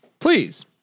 please